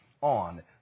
on